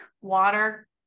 water